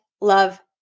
love